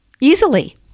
easily